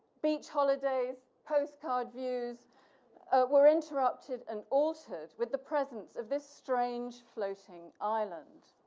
beach holidays, postcard views were interrupted and altered with the presence of this strange floating island.